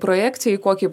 projekcija į kokį